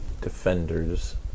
defenders